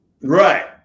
Right